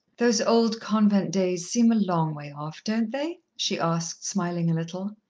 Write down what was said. those old convent days seem a long way off, don't they? she asked, smiling a little.